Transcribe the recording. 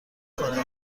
کنی